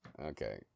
Okay